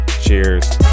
cheers